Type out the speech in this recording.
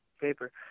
paper